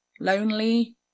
Lonely